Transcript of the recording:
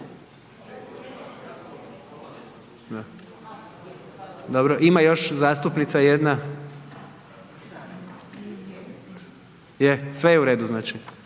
Dobro. Ima još zastupnica jedna. Je? Sve je u redu, znači?